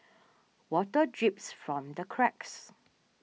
water drips from the cracks